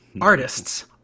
Artists